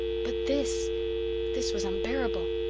but this this was unbearable.